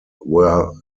were